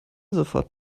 sofort